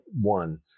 one